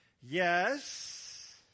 Yes